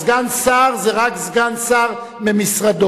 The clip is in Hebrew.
הסגן שר זה רק סגן שר ממשרדו.